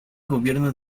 gobierno